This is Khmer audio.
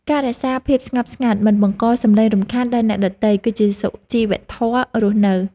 ការរក្សាភាពស្ងប់ស្ងាត់មិនបង្កសំឡេងរំខានដល់អ្នកដទៃ គឺជាសុជីវធម៌រស់នៅ។